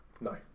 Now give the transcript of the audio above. No